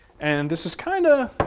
and this is kinda